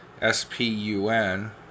S-P-U-N